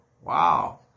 Wow